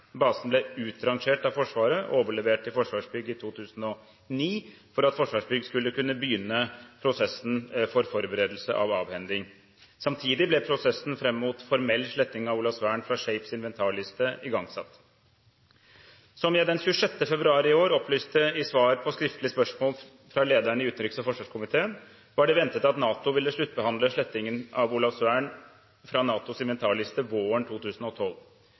Basen ble utrangert av Forsvaret og overlevert til Forsvarsbygg i 2009, slik at Forsvarsbygg skulle kunne begynne prosessen for forberedelse av avhending. Samtidig ble prosessen fram mot formell sletting av Olavsvern fra SHAPEs inventarliste igangsatt. Som jeg den 26. mars i år opplyste om i svar på skriftlig spørsmål fra lederen i utenriks- og forsvarskomiteen, var det ventet at NATO ville sluttbehandle slettingen av Olavsvern fra NATOs inventarliste våren 2012.